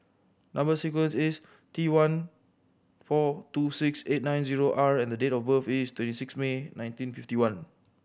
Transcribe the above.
number sequence is T one four two six eight nine zero R and the date of birth is twenty six May nineteen fifty one